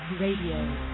Radio